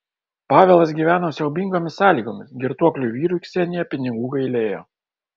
pavelas gyveno siaubingomis sąlygomis girtuokliui vyrui ksenija pinigų gailėjo